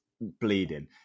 bleeding